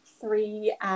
three